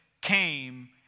came